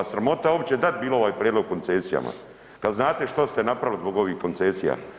sramota uopće dat bilo ovaj prijedlog o koncesijama kada znate što ste napravili zbog ovih koncesija.